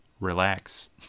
Relax